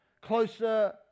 closer